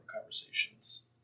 conversations